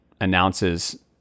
announces